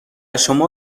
شما